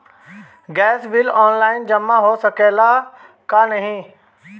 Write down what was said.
Gas bill online जमा हो सकेला का नाहीं?